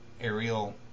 aerial